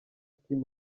team